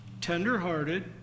tenderhearted